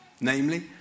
Namely